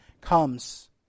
comes